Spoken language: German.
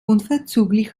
unverzüglich